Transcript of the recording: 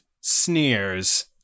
sneers